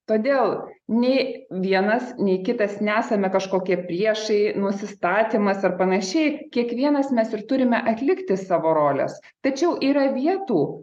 todėl nei vienas nei kitas nesame kažkokie priešai nusistatymas ar panašiai kiekvienas mes ir turime atlikti savo roles tačiau yra vietų